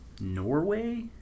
Norway